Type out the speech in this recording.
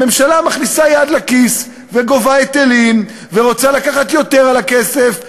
הממשלה מכניסה יד לכיס וגובה היטלים ורוצה לקחת יותר כסף.